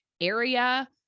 Area